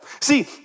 See